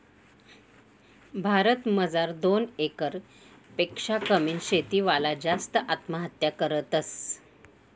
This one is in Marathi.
भारत मजार दोन एकर पेक्शा कमी शेती वाला जास्त आत्महत्या करतस